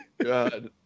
God